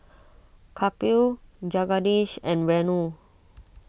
Kapil Jagadish and Renu